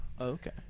Okay